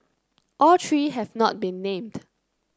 all three have not been named